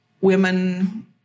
women